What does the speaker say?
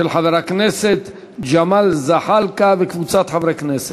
של חבר הכנסת ג'מאל זחאלקה וקבוצת חברי הכנסת.